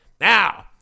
Now